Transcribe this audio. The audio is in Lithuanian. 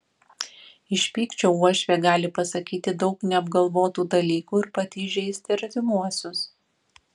iš pykčio uošvė gali pasakyti daug neapgalvotų dalykų ir pati įžeisti artimuosius